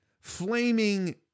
Flaming